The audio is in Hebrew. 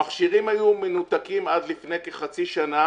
המכשירים היו מנותקים עד לפני כחצי שנה,